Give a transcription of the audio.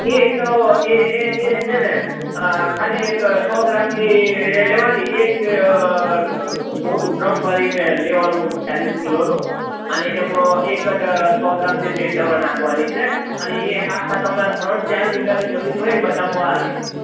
એ એ તો એ એ એ છે ને ખાલી એક સો ગ્રામની એ લેવાની એક મોટું ડ્રમ ભરી ને લેવાનું ચાલીસ કિલોનું અને એમાં એકાદ સો ગ્રામ જેટલી દવા નાખવાની છે અને એ એ આખાં તમારાં ત્રણ ચાર વિઘાની જમીન હોય બધામાં આવી જશે